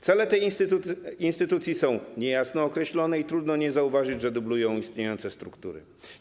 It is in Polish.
Cele tej instytucji są niejasno określone i trudno nie zauważyć, że dublują istniejące struktury.